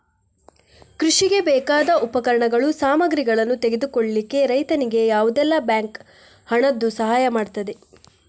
ಕೃಷಿಗೆ ಬೇಕಾದ ಉಪಕರಣಗಳು, ಸಾಮಗ್ರಿಗಳನ್ನು ತೆಗೆದುಕೊಳ್ಳಿಕ್ಕೆ ರೈತನಿಗೆ ಯಾವುದೆಲ್ಲ ಬ್ಯಾಂಕ್ ಹಣದ್ದು ಸಹಾಯ ಮಾಡ್ತದೆ?